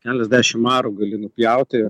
keliasdešim arų gali nupjauti